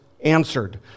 answered